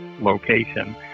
location